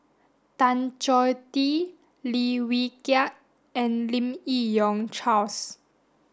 Tan Choh Tee Lim Wee Kiak and Lim Yi Yong Charles